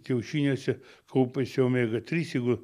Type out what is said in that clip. kiaušiniuose kaupiasi omega trys jeigu